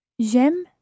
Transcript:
J'aime